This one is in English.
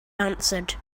answered